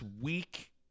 week